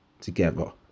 together